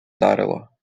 вдарило